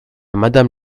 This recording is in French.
madame